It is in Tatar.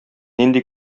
нинди